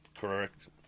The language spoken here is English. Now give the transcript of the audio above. Correct